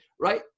right